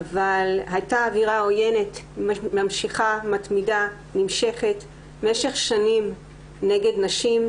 שהייתה אווירה עוינת מתמידה ונמשכת במשך שנים נגד נשים,